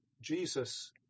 Jesus